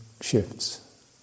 shifts